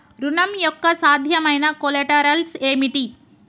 ఋణం యొక్క సాధ్యమైన కొలేటరల్స్ ఏమిటి?